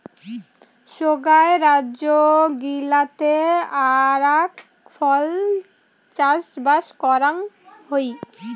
সোগায় রাজ্য গিলাতে আরাক ফল চাষবাস করাং হই